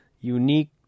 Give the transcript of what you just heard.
unique